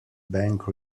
bank